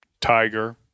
Tiger